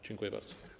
Dziękuję bardzo.